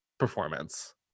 performance